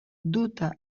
duta